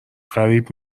غریب